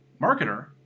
marketer